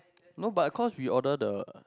no but cause we order the